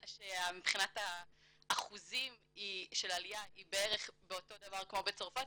שמבחינת האחוזים של העלייה היא בערך אותו דבר כמו מצרפת,